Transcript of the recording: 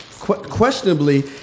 Questionably